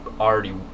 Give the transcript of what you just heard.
already